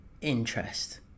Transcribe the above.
interest